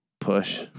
Push